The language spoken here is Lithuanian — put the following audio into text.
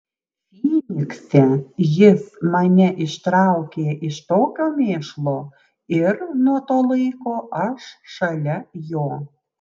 fynikse jis mane ištraukė iš tokio mėšlo ir nuo to laiko aš šalia jo